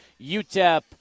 utep